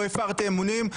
לא הפרתי אמונים,